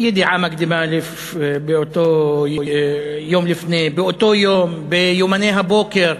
ידיעה מקדימה יום לפני, באותו יום ביומני הבוקר,